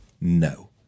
No